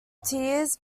tears